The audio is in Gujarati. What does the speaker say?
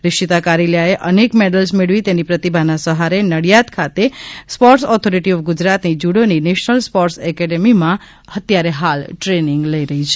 રીષીતા કારેલીયાએ અનેક મેડલ્સ મેળવી તેની પ્રતિભાના સહારે નડિયાદ ખાતે સ્પોર્ટ્સ ઓથોરિટી ઓફ ગુજરાતની જુડોની નેશનલ સ્પોર્ટ્સ એકેડમીમાં ટ્રેનિંગ લઈ રહી છે